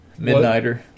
Midnighter